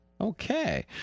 Okay